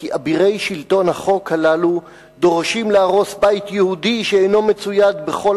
כי אבירי שלטון החוק הללו דורשים להרוס בית יהודי שאינו מצויד בכל